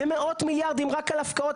זה מאות מיליארדים רק על הפקעות,